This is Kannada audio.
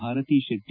ಭಾರತಿ ಶೆಟ್ಟ